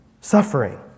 suffering